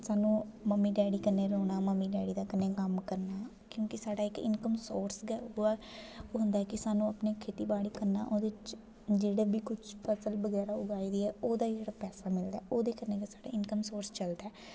सानूं mummy daddy कन्नै रौह्ना मम्मी डैडी दे कन्नै कम्म करना क्योंकि साढ़े इन्कम सोर्स गै उ'ऐ होंदा ऐ कि सानूं अपने खेती बाड़ी कन्नै ओह्दे च जेह्ड़े बी कुछ फसल बगैरा उगाई दी ऐ ओह्दा ही जेह्ड़ा पैसा मिलदा ओह्दे कन्नै गै साढ़ा इन्कम सोर्स चलदा ऐ